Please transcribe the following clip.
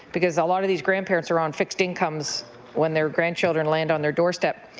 because a lot of these grandparents are on fixed incomes when their grandchildren land on their doorstep.